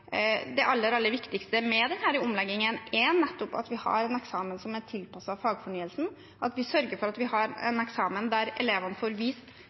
Det aller, aller viktigste med denne omleggingen er nettopp at vi har en eksamen som er tilpasset fagfornyelsen, at vi sørger for at vi har en eksamen der elevene får vist